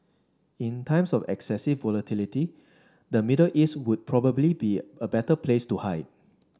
in times of excessive volatility the Middle East would probably be a better place to hide